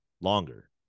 longer